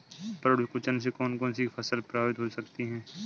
पर्ण कुंचन से कौन कौन सी फसल प्रभावित हो सकती है?